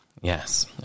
Yes